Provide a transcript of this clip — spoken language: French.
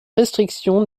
restriction